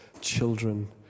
children